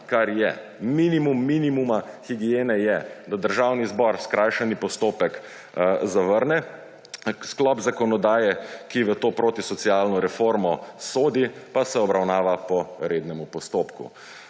kar je, minimum minimuma higiene je, da Državni zbor skrajšani postopek zavrne, sklop zakonodaje, ki v to protisocialno reformo sodi, pa se obravnava po rednem postopku.